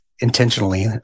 intentionally